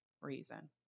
reason